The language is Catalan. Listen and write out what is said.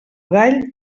gall